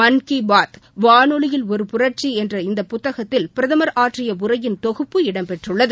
மன் கீ பாத் வானொலியில் ஒரு புரட்சி என்ற இந்த புத்தகத்தில் பிரதமா் ஆற்றிய உரையின் தொகுப்பு இடம் பெற்றுள்ளது